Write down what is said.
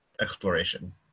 exploration